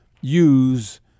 use